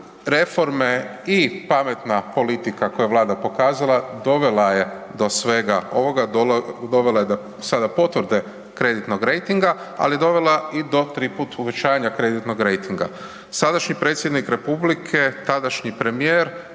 reforme i pametna politika koju je Vlada pokazala dovela je do svega ovoga, dovela je da sada potvrde kreditnog rejtinga, ali je dovela i do tri put uvećanja kreditnog rejtinga. Sadašnji predsjednik Republike, tadašnji premijer